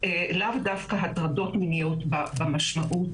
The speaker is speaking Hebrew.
דווקא הטרדות מיניות במשמעות